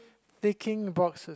taking boxes